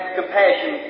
compassion